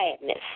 madness